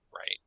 Right